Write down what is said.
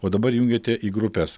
o dabar jungiate į grupes